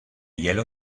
yellow